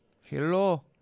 Hello